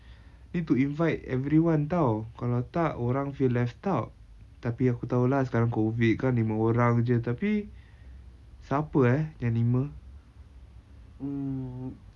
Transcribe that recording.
need to invite everyone [tau] kalau tak orang feel left out tapi aku tahu lah sekarang COVID kan lima orang jer tapi siapa eh yang lima